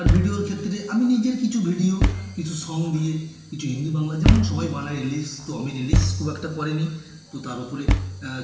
আর ভিডিওর ক্ষেত্রে আমি নিজের কিছু ভিডিও কিছু সং দিয়ে কিছু হিন্দি বাংলা যেমন সবাই বানায় রিলজ তো আমি রিলজ খুব একটা করিনি তো তার উপরে